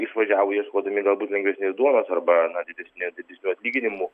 išvažiavo ieškodami galbūt lengvesnės duonos arba na didesnė didesnių atlyginimų